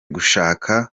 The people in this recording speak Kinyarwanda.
gushaka